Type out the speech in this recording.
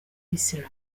islamu